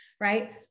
right